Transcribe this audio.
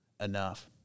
enough